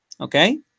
okay